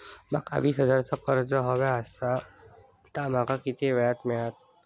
माका वीस हजार चा कर्ज हव्या ता माका किती वेळा क मिळात?